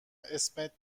اسمت